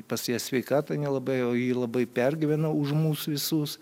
pas ją sveikatai nelabai jau ji labai pergyvena už mus visus